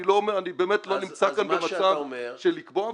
אני באמת לא נמצא כאן במצב של לקבוע,